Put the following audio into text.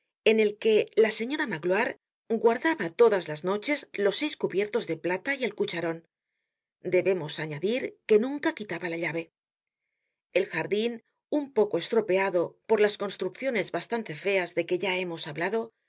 en el que la señora magloire guardaba todas las noches los seis cubiertos de plata y el cucharon debemos añadir que nunca quitaba la llave el jardin un poco estropeado por las construcciones bastante feas de que ya hemos hablado